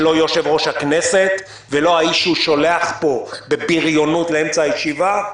לא יושב-ראש הכנסת ולא האיש שהוא שולח פה בבריונות באמצע הישיבה,